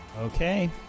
Okay